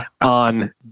on